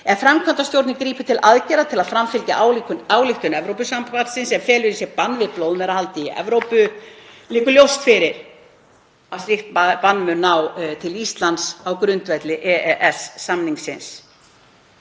Ef framkvæmdastjórnin grípur til aðgerða til að framfylgja ályktun Evrópuþingsins, sem felur í sér bann við blóðmerahaldi í Evrópu, liggur ljóst fyrir að slíkt bann mun ná til Íslands á grundvelli EES-samningsins.